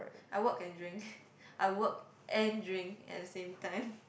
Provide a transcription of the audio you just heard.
I work and drink I work and drink at the same time